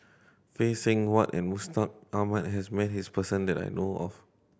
Phay Seng Whatt and Mustaq Ahmad has met this person that I know of